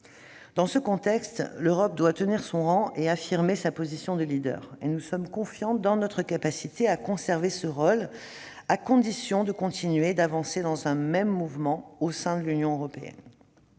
Dans ce contexte, l'Europe doit tenir son rang et affirmer sa position de leader. Nous sommes confiants dans notre capacité à conserver ce rôle, à condition que nous continuions d'avancer dans un même mouvement au sein de l'Union européenne.